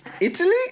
Italy